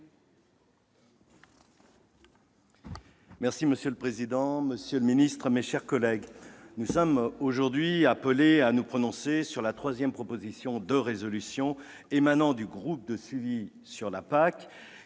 Monsieur le président, monsieur le ministre, mes chers collègues, nous sommes aujourd'hui appelés à nous prononcer sur la troisième proposition de résolution européenne émanant du groupe de suivi sur la PAC,